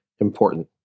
important